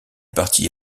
parti